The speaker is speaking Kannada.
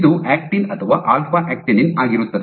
ಇದು ಆಕ್ಟಿನ್ ಅಥವಾ ಆಲ್ಫಾ ಆಕ್ಟಿನಿನ್ ಆಗಿರುತ್ತದೆ